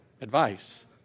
advice